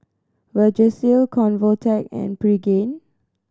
Vagisil Convatec and Pregain